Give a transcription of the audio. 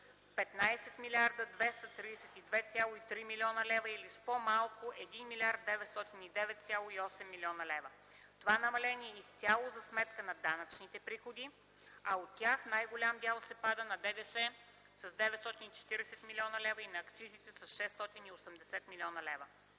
15 млрд. 232,3 млн. лв. или по-малко с 1 млрд. 909,8 млн. лв. Това намаление е изцяло за сметка на данъчните приходи, а от тях най-голям дял се пада на ДДС с 940 млн. лв. и акцизите с 680 млн. лв.